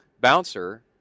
bouncer